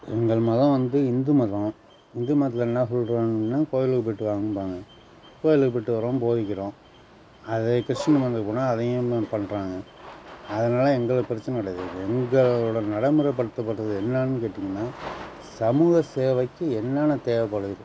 எங்கள் மதம் வந்து இந்து மதம் இந்து மதத்தில் என்ன சொல்கிறாங்கன்னா கோயிலுக்கு போயிட்டு வாங்கம்பாங்க கோயிலுக்கு போயிட்டு வர்றோம் போதிக்கிறோம் அதே கிறிஸ்டின் மதத்துக்கு போனால் அதையும் பண்ணுறாங்க அதனாலே எங்களுக்கு பிரச்சின கிடையாது எங்களோடய நடைமுறப்படுத்தப்பட்றது என்னான்னு கேட்டிங்கனால் சமூக சேவைக்கு என்னென்ன தேவைப்படுது